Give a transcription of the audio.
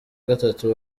gatatu